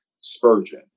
Spurgeon